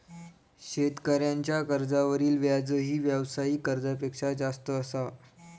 शेतकऱ्यांच्या कर्जावरील व्याजही व्यावसायिक कर्जापेक्षा जास्त असा